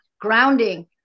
grounding